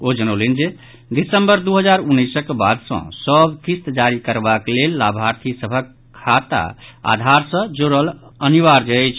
ओ जनौलनि जे दिसम्बर दू हजार उनैसक बाद सॅ सभ किस्त जारी करबाक लेल लाभार्थी सभक खाता आधार सॅ जोड़ अनिवार्य अछि